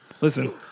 Listen